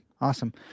awesome